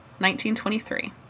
1923